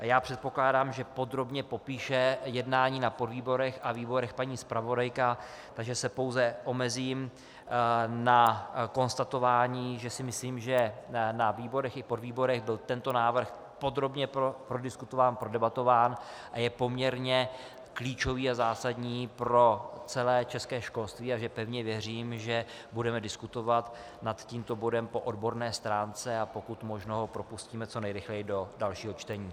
Já předpokládám, že podrobně popíše jednání na podvýborech a výborech paní zpravodajka, takže se pouze omezím na konstatování, že si myslím, že na výborech i podvýborech byl tento návrh podrobně prodiskutován, prodebatován a je poměrně klíčový a zásadní pro celé české školství, takže pevně věřím, že budeme diskutovat nad tímto bodem po odborné stránce a pokud možno ho propustíme co nejrychleji do dalšího čtení.